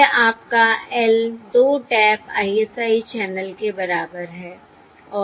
यह आपका L 2 tap ISI channel के बराबर है